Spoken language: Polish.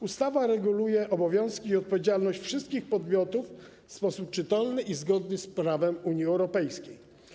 Ustawa reguluje obowiązki i odpowiedzialność wszystkich podmiotów w sposób czytelny i zgodny z prawem Unii Europejskiej.